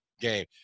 game